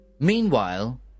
Meanwhile